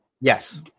Yes